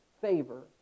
favor